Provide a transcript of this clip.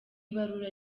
ibarura